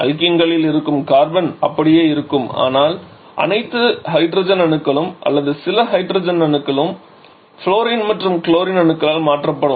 அல்கீன்களில் இருக்கும் கார்பன் அப்படியே இருக்கும் ஆனால் அனைத்து ஹைட்ரஜன் அணுக்களும் அல்லது சில ஹைட்ரஜன் அணுக்களும் ஃப்ளோரின் மற்றும் குளோரின் அணுக்களால் மாற்றப்படும்